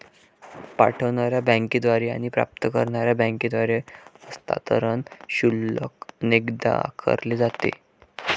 पाठवणार्या बँकेद्वारे आणि प्राप्त करणार्या बँकेद्वारे हस्तांतरण शुल्क अनेकदा आकारले जाते